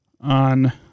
on